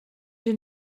j’ai